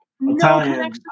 Italian